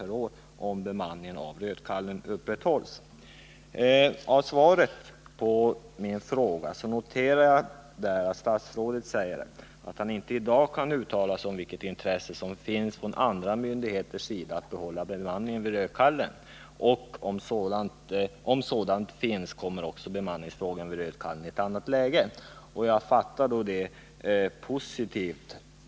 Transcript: per år, om bemanningen vid Rödkallen upprätthölls. Jag noterar att statsrådet i svaret på frågan säger att han i dag inte kan uttala sig om vilket intresse som finns från andra myndigheters sida att behålla bemanningen vid Rödkallen. Om ett sådant finns, heter det, kommer också frågan om bemanningen vid Rödkallen i ett annat läge. Jag fattar detta uttalande positivt.